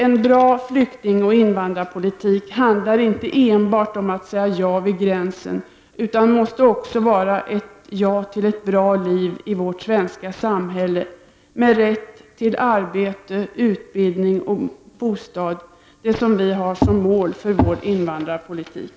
En bra flyktingoch invandrarpolitik handlar inte enbart om att säga ja vid gränsen utan måste också vara ett ja till ett bra liv i vårt svenska samhälle, med rätt till arbete, utbildning och bostad — det som vi har som mål för vår invandrarpolitik.